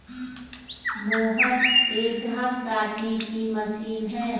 mower एक घास काटने की मशीन है